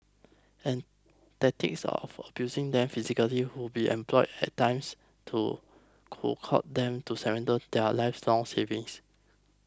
and tactics of abusing them physically would be employed at times to them to surrender their lifelong savings